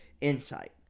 insight